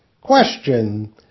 Question